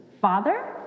father